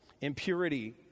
impurity